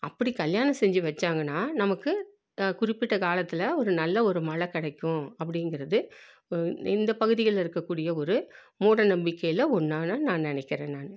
அப்படி கல்யாணம் செஞ்சு வச்சாங்கன்னால் நமக்கு குறிப்பிட்டக் காலத்தில் ஒரு நல்ல ஒரு மழை கிடைக்கும் அப்படிங்கிறது இந்த பகுதிகளில் இருக்கக்கூடிய ஒரு மூட நம்பிக்கையில் ஒன்றா நான் நினைக்கிறேன் நான்